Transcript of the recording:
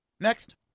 Next